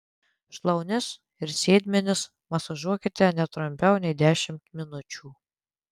šlaunis ir sėdmenis masažuokite ne trumpiau nei dešimt minučių